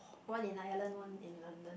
one in Ireland one in London